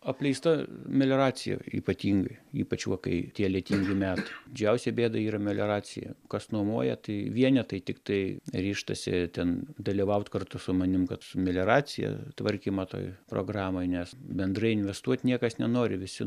apleista melioracija ypatingai ypač va kai tie lietingi metai džiausia bėda yra melioracija kas nuomoja tai vienetai tiktai ryžtasi ten dalyvaut kartu su manim kad melioraciją tvarkymą toj programoj nes bendrai investuot niekas nenori visi